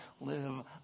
live